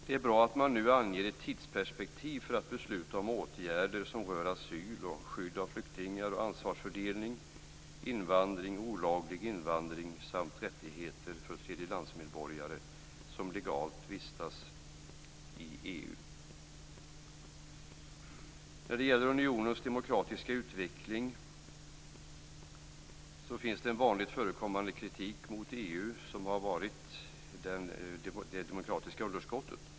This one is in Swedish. Det är bra att man nu anger ett tidsperspektiv för att besluta om åtgärder som rör asyl, skydd av flyktingar, ansvarsfördelning, invandring, olaglig invandring samt rättigheter för tredjelandsmedborgare som legalt vistas i EU. När det gäller unionens demokratiska utveckling finns det en vanligt förekommande kritik mot EU, som har gällt det demokratiska underskottet.